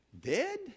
Dead